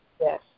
yes